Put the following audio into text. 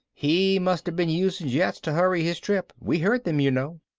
he must have been using jets to hurry his trip. we heard them, you know.